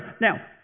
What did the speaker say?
now